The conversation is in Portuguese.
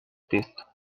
texto